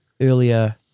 earlier